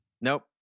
nope